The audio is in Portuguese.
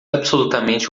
absolutamente